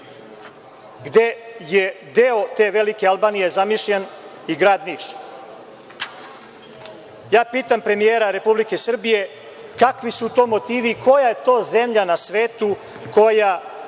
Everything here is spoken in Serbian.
gde je deo te Velike Albanije zamišljen i grad Niš. Ja pitam premijera Republike Srbije kakvi su to motivi, koja je to zemlja na svetu koja